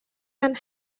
and